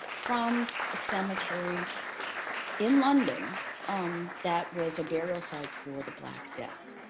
from a cemetery in london um that was a burial site for the black death.